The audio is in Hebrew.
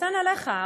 סחתיין עליך,